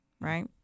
right